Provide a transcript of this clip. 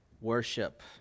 worship